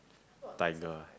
tiger